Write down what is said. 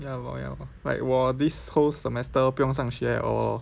ya lor ya lor like 我 this whole semester 不用上学 liao lor